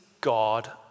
God